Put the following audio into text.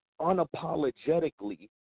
unapologetically